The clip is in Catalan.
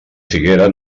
figuera